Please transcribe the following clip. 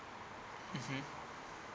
mmhmm